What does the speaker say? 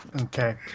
Okay